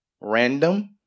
Random